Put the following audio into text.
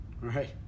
Right